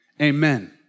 Amen